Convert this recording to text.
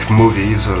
movies